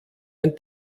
einen